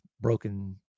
broken